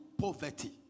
poverty